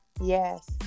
Yes